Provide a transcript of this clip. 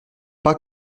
pas